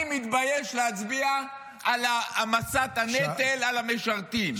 אני מתבייש להצביע על העמסת הנטל על המשרתים.